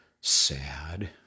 sad